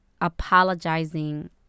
apologizing